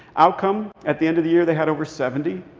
outcome at the end of the year, they had over seventy.